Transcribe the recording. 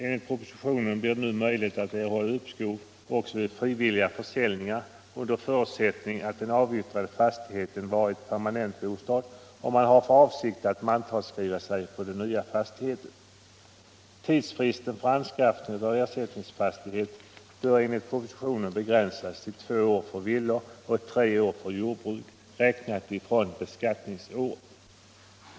Enligt propositionen blir det nu möjligt att erhålla uppskov också vid frivilliga försäljningar, under förutsättning att den av yttrade fastigheten varit permanentbostad och att man har för avsikt att mantalsskriva sig på den nya fastigheten. Tidsfristen för anskaffning av ersättningsfastigheten bör enligt propositionen begränsas till två år för villor och tre år för jordbruk, räknat från beskattningsåret.